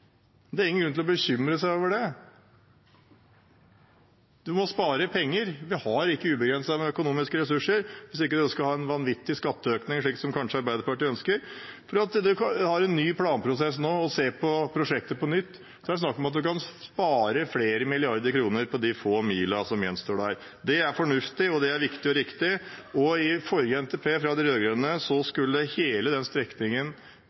Det er ingen grunn til å bekymre seg over det. Man må spare penger, vi har ikke ubegrenset med økonomiske ressurser – hvis man ikke skal ha en vanvittig skatteøkning, slik Arbeiderpartiet kanskje ønsker. Ved at man har en ny planprosess nå og ser på prosjektet på nytt, er det snakk om at man kan spare flere milliarder kroner på de få milene som gjenstår der. Det er fornuftig, og det er viktig og riktig. Ifølge forrige NTP fra de rød-grønne skulle hele den strekningen